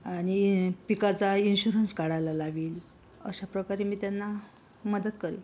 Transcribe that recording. आणि पिकाचा इन्शुरन्स काढायला लावीन अशाप्रकारे मी त्यांना मदत करील